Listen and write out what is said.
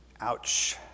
Ouch